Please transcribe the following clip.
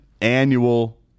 annual